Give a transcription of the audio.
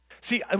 See